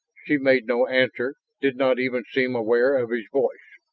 she made no answer, did not even seem aware of his voice.